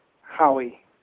Howie